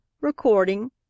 RECORDING